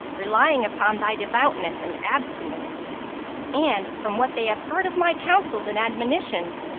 relying upon thy devoutness and abstinence and, from what they have heard of my counsels and admonitions,